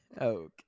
Okay